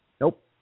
Nope